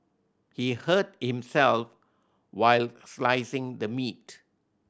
he hurt himself while slicing the meat